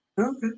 Okay